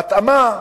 בהתאמה,